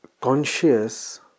conscious